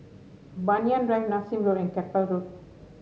Banyan Drive Nassim Road and Keppel Road